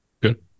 Good